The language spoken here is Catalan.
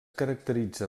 caracteritza